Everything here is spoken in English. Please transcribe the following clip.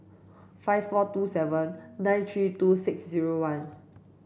five four two seven nine three two six zero one